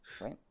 right